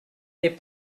n’est